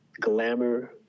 glamour